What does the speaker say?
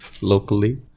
Locally